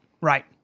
Right